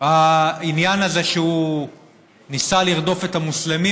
העניין הזה שהוא ניסה לרדוף את המוסלמים